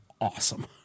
awesome